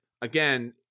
again